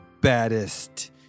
baddest